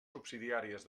subsidiàries